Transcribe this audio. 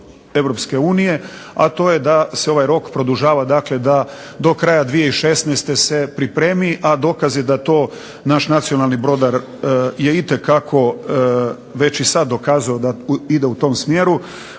Europske unije, a to je da se ovaj rok produžava, dakle da do kraja 2016. se pripremi, a dokaz je da to naš nacionalni brodar je itekako već i sad dokazao da ide u tom smjeru,